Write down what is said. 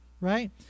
right